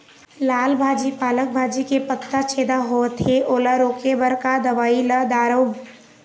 लाल भाजी पालक भाजी के पत्ता छेदा होवथे ओला रोके बर का दवई ला दारोब?